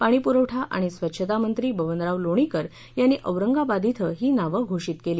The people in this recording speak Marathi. पाणी पुरवठा आणि स्वच्छता मंत्री बबनराव लोणीकर यांनी औरंगाबाद इथं ही नाव घोषित केली